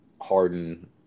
Harden